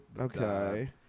Okay